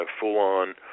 full-on